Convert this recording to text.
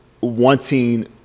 wanting